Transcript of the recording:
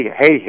hey